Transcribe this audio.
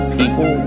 people